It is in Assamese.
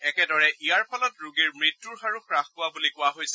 একেদৰে ইয়াৰ ফলত ৰোগীৰ মৃত্যৰ হাৰো হাস পোৱা বুলি কোৱা হৈছে